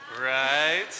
Right